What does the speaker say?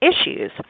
issues